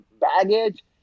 baggage